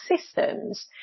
systems